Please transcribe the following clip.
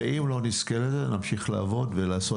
ואם לא נזכה לזה נמשיך לעבוד ולעשות